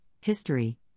history